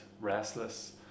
restless